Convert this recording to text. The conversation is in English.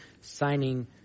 signing